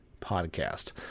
podcast